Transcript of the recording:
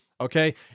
Okay